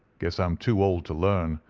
guess i'm too old to learn.